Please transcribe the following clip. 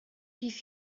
bydd